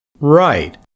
Right